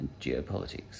geopolitics